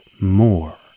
more